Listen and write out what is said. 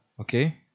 Okay